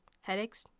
headaches